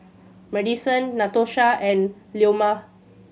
Maddison Natosha and Leoma